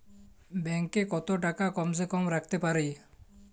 Bank এ কত টাকা কম সে কম রাখতে পারি?